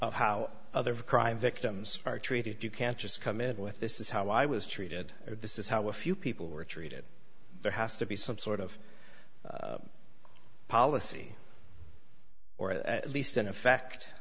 of how other crime victims are treated you can't just come in with this is how i was treated this is how a few people were treated there has to be some sort of policy or at least in effect